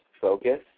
focus